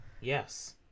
yes